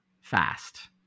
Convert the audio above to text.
fast